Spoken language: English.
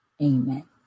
amen